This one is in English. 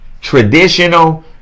traditional